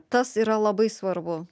tas yra labai svarbu